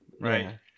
Right